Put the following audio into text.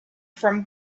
from